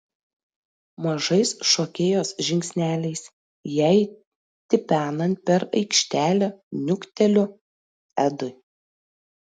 mažais šokėjos žingsneliais jai tipenant per aikštelę niukteliu edui